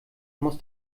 muss